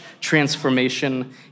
transformation